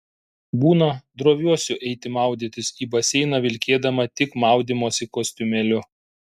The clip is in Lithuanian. būna droviuosi eiti maudytis į baseiną vilkėdama tik maudymosi kostiumėliu